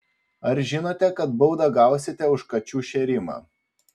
ar žinote kad baudą gausite už kačių šėrimą